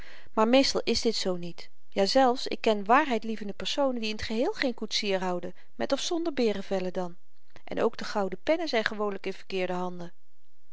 maar meestal is dit zoo niet jazelfs ik ken waarheidlievende personen die in t geheel geen koetsier houden met of zonder beerevellen dan en ook de gouden pennen zyn gewoonlyk in verkeerde handen